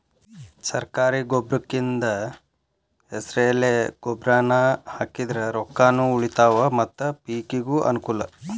ಸರ್ಕಾರಿ ಗೊಬ್ರಕಿಂದ ಹೆಸರೆಲೆ ಗೊಬ್ರಾನಾ ಹಾಕಿದ್ರ ರೊಕ್ಕಾನು ಉಳಿತಾವ ಮತ್ತ ಪಿಕಿಗೂ ಅನ್ನಕೂಲ